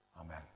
Amen